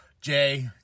Jay